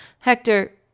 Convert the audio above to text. Hector